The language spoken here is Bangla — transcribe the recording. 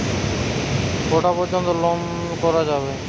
কটা পর্যন্ত লেন দেন করা যাবে?